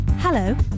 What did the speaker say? Hello